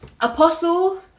apostle